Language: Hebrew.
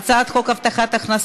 ההצעה להעביר את הצעת חוק הבטחת הכנסה